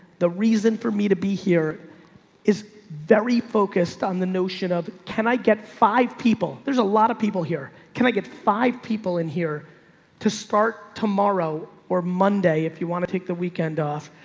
the reason for me to be here is very focused on the notion of can i get five people? there's a lot of people here. can i get five people in here to start tomorrow or monday? if you want to take the weekend off